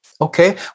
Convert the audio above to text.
Okay